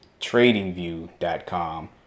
tradingview.com